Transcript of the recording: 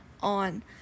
on